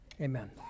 Amen